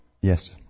Yes